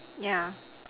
yeah